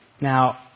Now